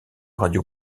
radio